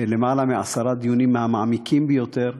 למעלה מעשרה דיונים, מהמעמיקים ביותר.